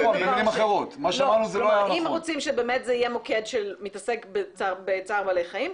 אם רוצים שזה יהיה באמת מוקד שמתעסק בצער בעלי חיים,